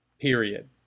Period